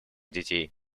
детей